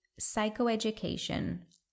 psychoeducation